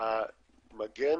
המגן